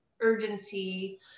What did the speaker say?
urgency